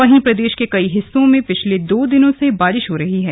वहीं प्रदेश के कई हिस्सों में पिछले दो दिनों से बारिश हो रही है